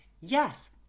Yes